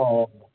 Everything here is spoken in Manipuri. ꯑꯣ ꯑꯣ